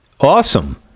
Awesome